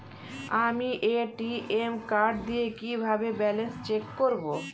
আমি ATM card দিয়ে কিভাবে ব্যালেন্স চেক করব?